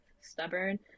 stubborn